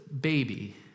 baby